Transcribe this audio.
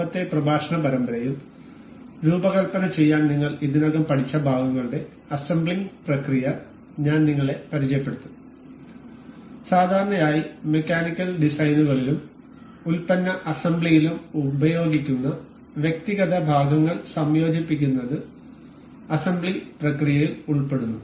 മുമ്പത്തെ പ്രഭാഷണ പരമ്പരയിൽ രൂപകൽപ്പന ചെയ്യാൻ നിങ്ങൾ ഇതിനകം പഠിച്ച ഭാഗങ്ങളുടെ അസംബ്ലിംഗ് പ്രക്രിയ ഞാൻ നിങ്ങളെ പരിചയപ്പെടുത്തും സാധാരണയായി മെക്കാനിക്കൽ ഡിസൈനുകളിലും ഉൽപ്പന്ന അസംബ്ലിയിലും ഉപയോഗിക്കുന്ന വ്യക്തിഗത ഭാഗങ്ങൾ സംയോജിപ്പിക്കുന്നത് അസംബ്ലി പ്രക്രിയയിൽ ഉൾപ്പെടുന്നു